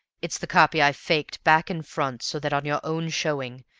it's the copy i faked back and front, so that, on your own showing,